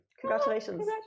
Congratulations